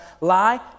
Lie